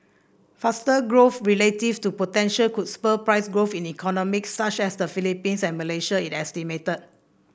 faster growth relative to potential could spur price growth in economies such as the Philippines and Malaysia it estimated